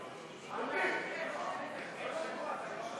אמסלם.